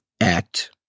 Act